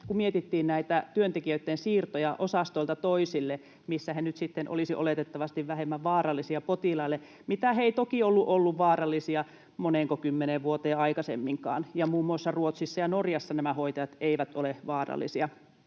kun mietittiin näitä työntekijöitten siirtoja osastoilta toisille, missä he nyt sitten olisivat oletettavasti vähemmän vaarallisia potilaille, mitä he eivät toki olleet, vaarallisia, moneenko kymmeneen vuoteen aikaisemminkaan. Muun muassa Ruotsissa ja Norjassa nämä hoitajat eivät ole vaarallisia,